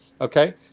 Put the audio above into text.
Okay